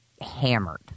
hammered